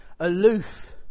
aloof